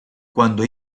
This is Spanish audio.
cuando